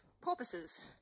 porpoises